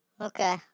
Okay